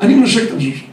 ‫אני מנשק את המזוזה